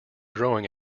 growing